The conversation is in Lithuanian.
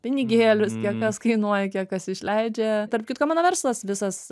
pinigėlius kiek kas kainuoja kiek kas išleidžia tarp kitko mano verslas visas